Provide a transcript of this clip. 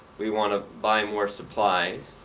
we want to buy more supplies.